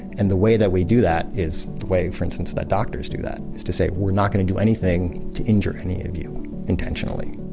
and the way that we do that is the way, for instance, that doctors do that. is to say, we're not going to do anything to injure any of you intentionally.